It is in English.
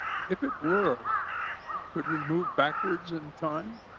if it were could we move backwards in time?